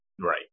Right